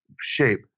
shape